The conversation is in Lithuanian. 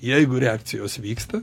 jeigu reakcijos vyksta